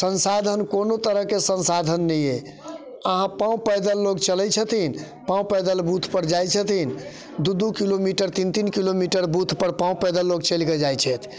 संसाधन कोनो तरहके संसाधन नहि अइ आब पाँव पैदल लोग चलैत छथिन आ पाँव पैदल बूथ पर जाइत छथिन दू दू किलोमीटर तीन तीन किलोमीटर बूथ पर पाँव पैदल लोग चलिके जाइत छथि